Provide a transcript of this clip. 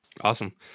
Awesome